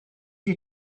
you